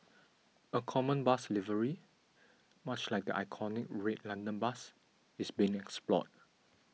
a common bus livery much like the iconic red London bus is being explored